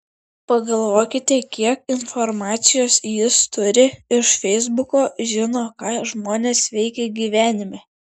pagalvokite kiek informacijos jis turi iš feisbuko žino ką žmonės veikia gyvenime